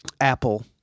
Apple